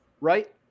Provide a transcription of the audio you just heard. right